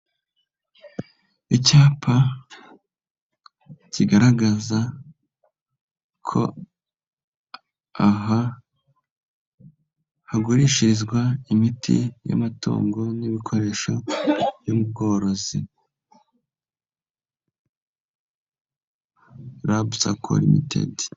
Icyapa kigaragaza ko aha hagurishirizwa imiti y'amatungo n'ibikoresho by'ubworozi. Rabusako rimitedi.